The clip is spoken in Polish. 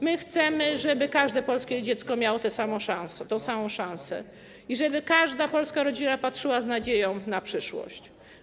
My chcemy, żeby każde polskie dziecko miało tę samą szansę i żeby każda polska rodzina patrzyła z nadzieją w przyszłość.